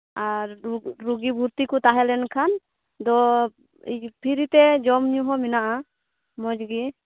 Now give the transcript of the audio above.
ᱟᱨ ᱨᱩᱜᱤ ᱵᱷᱚᱨᱛᱤ ᱠᱚ ᱛᱟᱦᱮᱸ ᱞᱮᱱᱠᱷᱟᱱ ᱫᱚ ᱯᱷᱨᱤ ᱛᱮ ᱡᱚᱢ ᱧᱩ ᱦᱚᱸ ᱢᱮᱱᱟᱜᱼᱟ ᱢᱚᱡᱽᱜᱮ